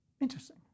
Interesting